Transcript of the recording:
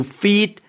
feed